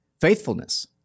faithfulness